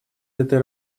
этой